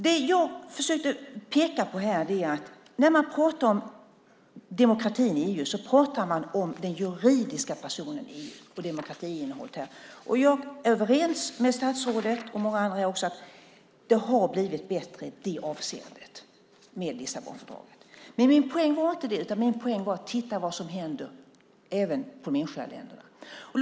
Det jag försöker peka på här är att när man pratar om demokratin i EU pratar man om den juridiska personen EU och demokratiinnehållet. Jag är överens med statsrådet och med många andra också om att det har blivit bättre i det avseendet med Lissabonfördraget. Men min poäng var inte det. Min poäng var att titta på vad som händer även i de enskilda länderna.